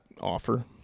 offer